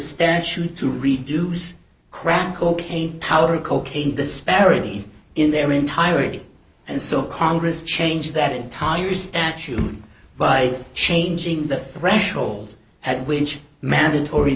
statute to reduce crack cocaine powder cocaine disparities in their entirety and so congress changed that entire statute by changing the threshold at which mandatory